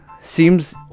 Seems